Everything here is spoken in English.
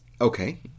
Okay